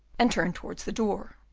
and turned towards the door,